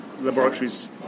laboratories